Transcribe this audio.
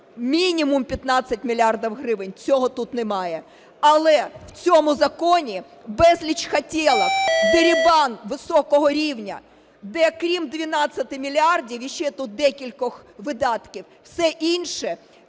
мінімум 15 мільярдів гривень. Цього тут немає. Але в цьому законі безліч "хотелок", дерибан високого рівня, де, крім 12 мільярдів і ще тут декількох видатків, все інше